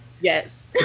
Yes